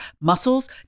muscles